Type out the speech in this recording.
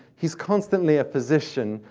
he's constantly a physician,